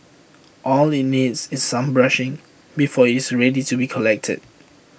all IT needs is some brushing before it's ready to be collected